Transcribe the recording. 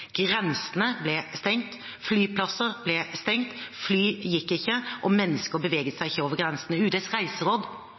Grensene ble stengt. Flyplasser ble stengt. Fly gikk ikke. Mennesker beveget seg